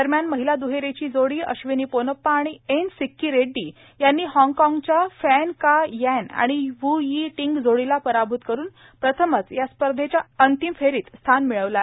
दरम्यान महिला दुहेरीची जोडी अश्विनी पोनप्पा आणि एन सिक्की रेड्डी यांनी हॉगकोंगच्या फॅन का यॅन आणि व् यी टिंग जोडीला पराभूत करून प्रथमच या स्पर्धेच्या अंतिम फेरीत स्थान मिळविलं आहे